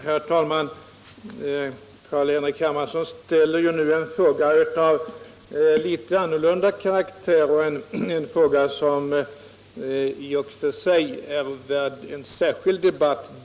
Herr talman! Carl-Henrik Hermansson ställer nu en fråga av en något annan karaktär men en fråga som i och för sig är värd en särskild debatt.